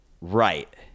Right